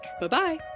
Bye-bye